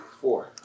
Four